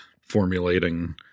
formulating